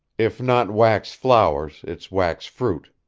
if not wax flowers, it's wax fruit.